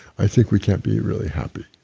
i think we can't be really happy.